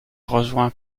rejoint